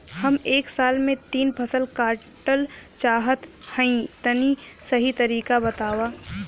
हम एक साल में तीन फसल काटल चाहत हइं तनि सही तरीका बतावा?